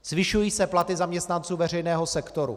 Zvyšují se platy zaměstnanců veřejného sektoru.